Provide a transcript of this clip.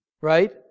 right